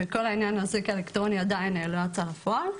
וכל העניין של האזיק האלקטרוני עדיין לא יצא לפועל.